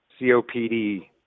COPD